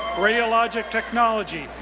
radiologic technology,